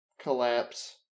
collapse